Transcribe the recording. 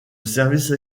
service